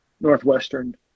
Northwestern